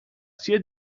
sia